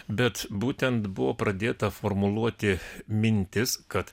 bet būtent buvo pradėta formuluoti mintis kad